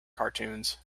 cartoons